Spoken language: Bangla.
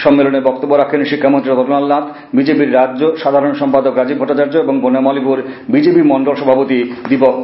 সম্মেলনে বক্তব্য রাখেন শিক্ষামন্ত্রী রতনলাল নাখ বিজেপির রাজ্য সাধারণ সম্পাদক রাজীব ভট্টাচার্য এবং বনমালীপুর বিজেপি মন্ডল সভাপতি দীপক কর